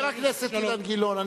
חבר הכנסת אילן גילאון,